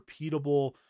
repeatable